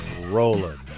rolling